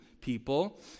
people